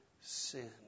sin